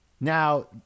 Now